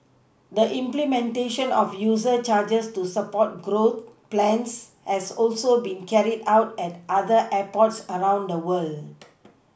the implementation of user charges to support growth plans has also been carried out at other airports around the world